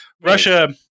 Russia